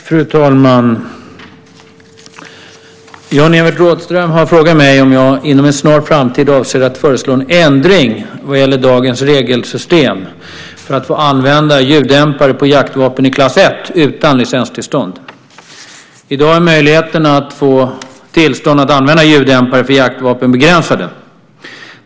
Fru talman! Jan-Evert Rådhström har frågat mig om jag inom en snar framtid avser att föreslå en ändring vad gäller dagens regelsystem för att få använda ljuddämpare på jaktvapen i klass 1 utan licenstillstånd. I dag är möjligheterna att få tillstånd att använda ljuddämpare för jaktvapen begränsade.